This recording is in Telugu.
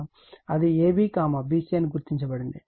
అది వోల్టేజ్ abbc అని గుర్తించబడింది